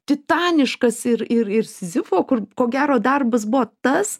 titaniškas ir ir ir sizifo kur ko gero darbas buvo tas